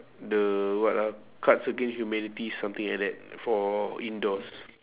the what ah cards against humanity something like that for indoors